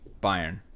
Bayern